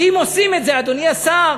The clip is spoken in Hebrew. ואם עושים את זה, אדוני השר,